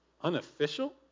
unofficial